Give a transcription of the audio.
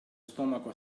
stomaco